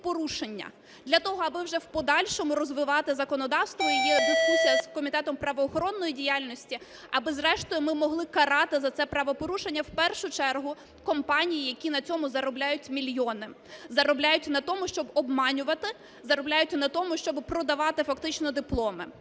для того, аби вже в подальшому розвивати законодавство. І є дискусія з Комітетом правоохоронної діяльності, аби зрештою ми могли карати за це правопорушення в першу чергу компанії, які на цьому заробляють мільйони, заробляють на тому, щоб обманювати, заробляють на тому, щоби продавати фактично дипломи.